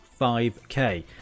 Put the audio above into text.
5k